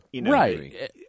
Right